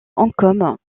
ancône